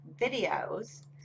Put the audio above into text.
videos